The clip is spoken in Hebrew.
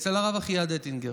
אצל הרב אחיעד אטינגר,